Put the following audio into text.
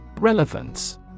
Relevance